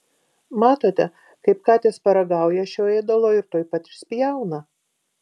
matote kaip katės paragauja šio ėdalo ir tuoj pat išspjauna